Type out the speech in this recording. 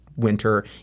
winter